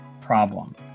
problem